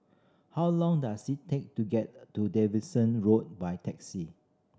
how long does it take to get to Davidson Road by taxi